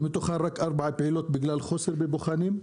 ומתוכן רק ארבע פעילות בגלל חוסר בבוחנים.